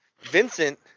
Vincent